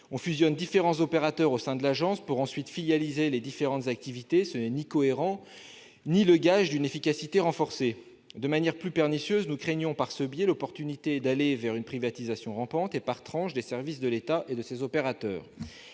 Fusionner différents opérateurs au sein de l'agence pour ensuite filialiser les différentes activités, ce n'est ni cohérent ni le gage d'une efficacité renforcée. De manière plus pernicieuse, nous craignons, par ce biais, la mise en place d'une privatisation rampante et par tranche des services de l'État et de ses opérateurs.